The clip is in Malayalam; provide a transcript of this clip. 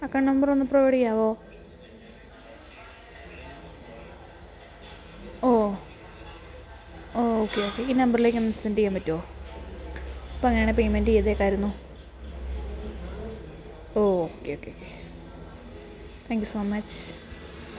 അക്കൗണ്ട് നമ്പർ ഒന്ന് പ്രൊവൈഡ് ചെയ്യാമോ ഓ ഓക്കെ ഓക്കെ ഈ നമ്പറിലേക്കൊന്ന് സെൻ്റ് ചെയ്യാൻ പറ്റുമോ അപ്പം അങ്ങനെയാണെ പേയ്മെൻ്റ് ചെയ്തിരിക്കാമായിരുന്നു okay okay okay thank you so much